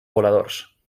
voladors